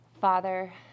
Father